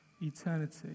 eternity